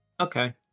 Okay